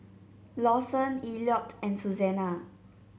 Lawson Elliott and Susanna